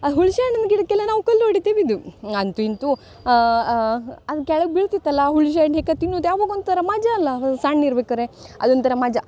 ಆ ಹುಳ್ಶೆಹಣ್ಣನ ಗಿಡಕ್ಕೆಲ್ಲ ನಾವು ಕಲ್ಲು ಹೊಡಿತ ಬಿದ್ದು ಅಂತೂ ಇಂತೂ ಅದು ಕೆಳಗೆ ಬೀಳ್ತಿತ್ತಲ್ಲ ಹುಳ್ಶೆಹಣ್ಣು ಹೆಕಿ ತಿನ್ನುವುದೆ ಅವಾಗ ಒಂಥರ ಮಜಾ ಅಲ್ಲ ಸಣ್ಣ ಇರ್ಬೇಕಾರೆ ಅದೊಂದು ಥರ ಮಜಾ